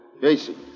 Casey